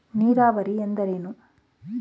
ನೀರಾವರಿ ಎಂದರೇನು?